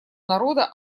народа